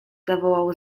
zawołał